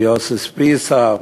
ויוסי סויסה,